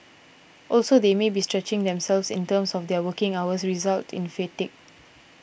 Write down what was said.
also they may be stretching themselves in terms of their work hours result in fatigue